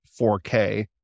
4k